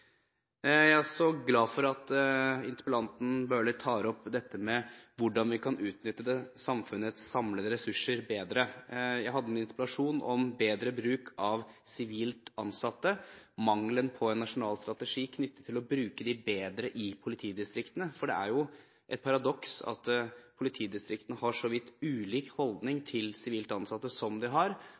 Jeg er også glad for at interpellanten Bøhler tar opp dette med hvordan vi kan utnytte samfunnets samlede ressurser bedre. Jeg hadde en interpellasjon om bedre bruk av sivilt ansatte og om mangelen på en nasjonal strategi for å bruke dem bedre i politidistriktene. Det er et paradoks at politidistriktene har så vidt ulik holdning til sivilt ansatte som de har.